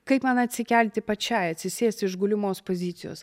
kaip man atsikelti pačiai atsisėst iš gulimos pozicijos